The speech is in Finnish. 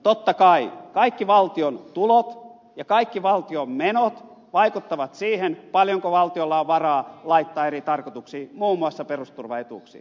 totta kai kaikki valtion tulot ja kaikki valtion menot vaikuttavat siihen paljonko valtiolla on varaa laittaa eri tarkoituksiin muun muassa perusturvaetuuksiin